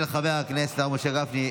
1973, של חבר הכנסת הרב משה גפני.